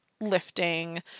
lifting